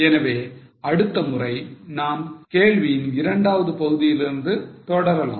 எனவே அடுத்த முறை நாம் கேள்வியின் இரண்டாவது பகுதியிலிருந்து தொடரலாம்